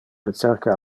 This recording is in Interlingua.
recerca